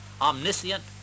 omniscient